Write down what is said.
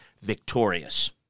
victorious